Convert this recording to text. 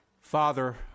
father